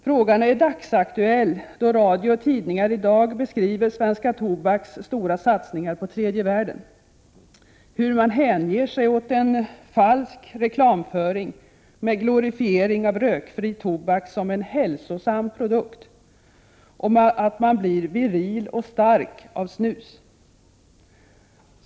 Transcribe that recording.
Frågan är dagsaktuell, då radio och tidningar i dag beskriver Svenska Tobaks stora satsningar på tredje världen, hur man hänger sig åt en falsk reklamföring med glorifiering av rökfri tobak som en ”hälsosam produkt” och påståenden om att man blir ”viril och stark av snus”.